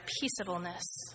peaceableness